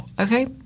Okay